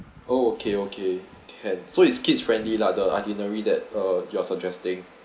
oh okay okay can so it's kid friendly lah the itinerary that uh you're suggesting